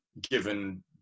given